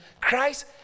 christ